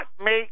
make